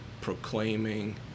proclaiming